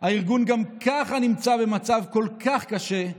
הארגון גם ככה נמצא במצב כל כך קשה,